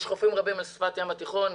יש חופים רבים על שפת הים התיכון,